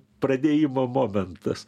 pradėjimo momentas